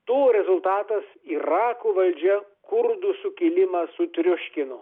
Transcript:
to rezultatas irako valdžia kurdų sukilimą sutriuškino